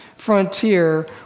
frontier